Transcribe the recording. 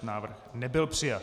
Návrh nebyl přijat.